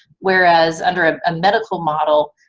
whereas under a medical model,